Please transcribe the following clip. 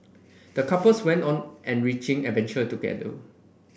the couples went on an enriching adventure together